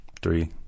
Three